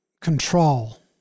control